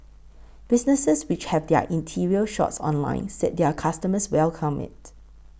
businesses which have their interior shots online said their customers welcome it